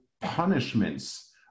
punishments